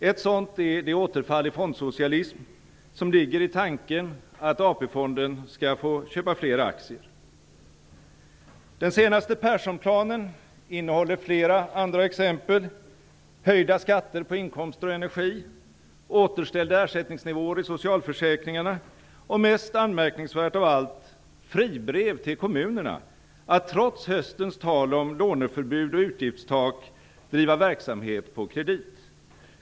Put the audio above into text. Ett sådant är det återfall i fondsocialism som ligger i tanken att AP fonden skall få köpa fler aktier. Den senaste Perssonplanen innehåller flera andra exempel - höjda skatter på inkomster och energi, återställda ersättningsnivåer i socialförsäkringarna och mest anmärkningsvärt av allt: fribrev till kommunerna att trots höstens tal om låneförbud och utgiftstak driva verksamhet på kredit.